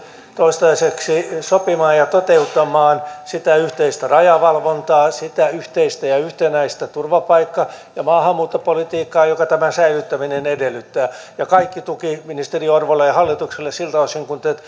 toistaiseksi sopimaan ja toteuttamaan sitä yhteistä rajavalvontaa sitä yhteistä ja yhtenäistä turvapaikka ja maahanmuuttopolitiikkaa jota tämän säilyttäminen edellyttää ja kaikki tuki ministeri orpolle ja hallitukselle siltä osin kuin te